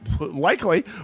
likely